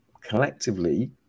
collectively